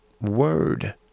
word